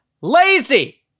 lazy